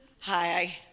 Hi